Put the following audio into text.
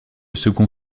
second